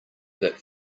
bit